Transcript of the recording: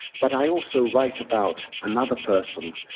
but i also write about another person,